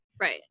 right